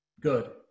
Good